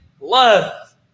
love